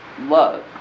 love